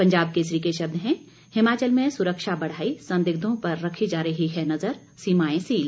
पंजाब केसरी के शब्द हैं हिमाचल में सुरक्षा बढ़ाई संदिग्धों पर रखी जा रही है नजर सीमाएं सील